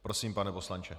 Prosím, pane poslanče.